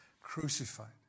crucified